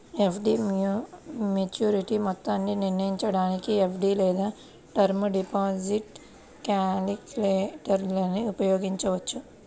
FD maturity మొత్తాన్ని నిర్ణయించడానికి FD లేదా టర్మ్ డిపాజిట్ క్యాలిక్యులేటర్ను ఉపయోగించవచ్చు